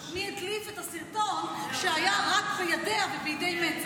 מי הדליף את הסרטון שהיה רק בידיה ובידי מצ"ח.